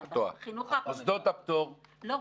מוסדות הפטור --- לא,